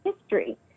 history